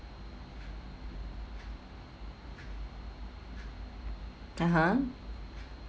(uh huh)